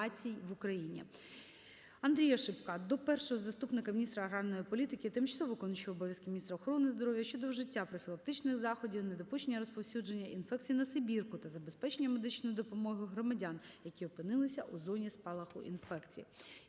Андрія Шипка до першого заступника міністра аграрної політики, тимчасово виконуючої обов'язки міністра охорони здоров'я щодо вжиття профілактичних заходів, недопущення розповсюдження інфекції на сибірку та забезпечення медичною допомогою громадян, які опинились у зоні спалаху інфекції.